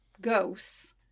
ghosts